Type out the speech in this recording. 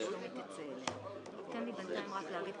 זה שאני מתעצבן מפעם לפעם,